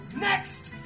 next